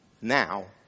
now